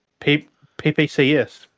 PPCS